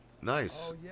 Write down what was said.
Nice